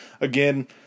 Again